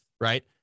right